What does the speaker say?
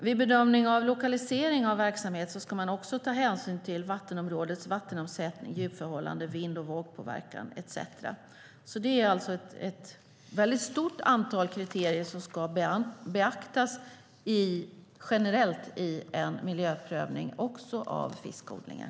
Vid bedömning av lokalisering av en verksamhet ska man också ta hänsyn till vattenområdets vattenomsättning, djupförhållande, vind och vågpåverkan etcetera. Det är alltså ett väldigt stort antal kriterier som generellt ska beaktas i en miljöprövning också i fråga om fiskodlingar.